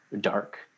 dark